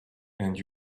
and